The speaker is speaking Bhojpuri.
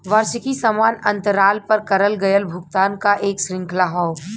वार्षिकी समान अंतराल पर करल गयल भुगतान क एक श्रृंखला हौ